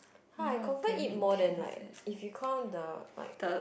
!huh! I confirm eat more than like if you count the like